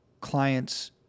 clients